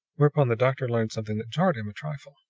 whereupon the doctor learned something that jarred him a trifle.